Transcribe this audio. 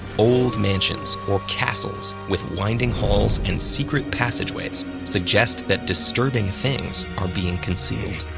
old mansions or castles with winding halls and secret passageways suggest that disturbing things are being concealed.